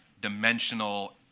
dimensional